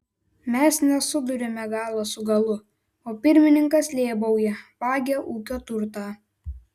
mes nesuduriame galo su galu o pirmininkas lėbauja vagia ūkio turtą